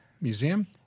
museum